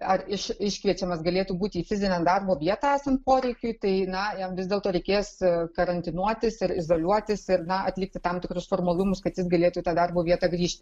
ar iš iškviečiamas galėtų būti į fizinę darbo vietą esant poreikiui tai na jam vis dėlto reikės karantinuoti ir izoliuotis ir na atlikti tam tikrus formalumus kad jis galėtų į tą darbo vietą grįžti